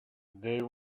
they